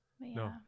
no